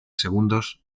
segundos